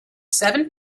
seven